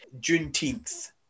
Juneteenth